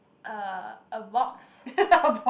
uh a box